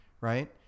right